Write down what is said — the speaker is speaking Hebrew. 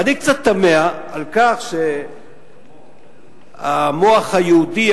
ואני קצת תמה על כך שהמוח היהודי,